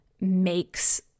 makes